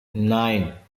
nine